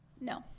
No